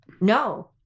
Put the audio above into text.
No